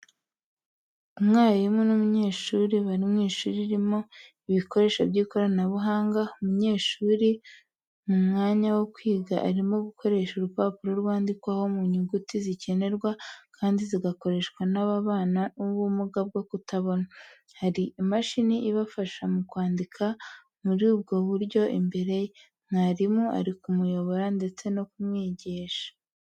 Umwarimu n’umunyeshuri bari mu ishuri ririmo ibikoresho by’ikoranabuhanga. Umunyeshuri uri mu mwanya wo kwiga, arimo gukoresha urupapuro rwandikwaho mu nyuguti zikenerwa kandi zigakoreshwa n’ababana n’ubumuga bwo kutabona. Hari n’imashini ibafasha mu kwandika muri ubwo buryo imbere ye, mwarimu ari kumuyobora ndetse no kumwigisha.